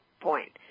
point